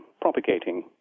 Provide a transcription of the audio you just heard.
propagating